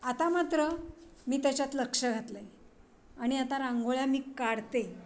आता मात्र मी त्याच्यात लक्ष घातलं आहे आणि आता रांगोळ्या मी काढते